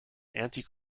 anti